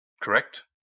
correct